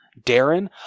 Darren